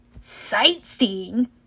Sightseeing